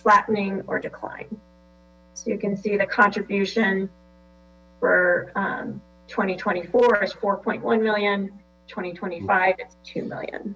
flattening or decline you can see the contribution for twenty twenty four four point one million twenty twenty five two million